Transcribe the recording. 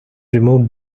removed